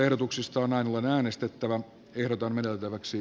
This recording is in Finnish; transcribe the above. paavo arhinmäki aino kaisa pekosen kannattamana